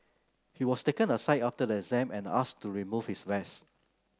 he was taken aside after the exam and ask to remove his vest